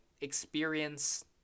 experience